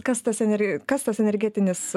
kas tas ener kas tas energetinis